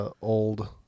old